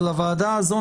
אבל הוועדה הזו,